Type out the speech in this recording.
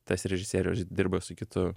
tas režisierius dirba su kitu